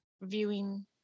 viewing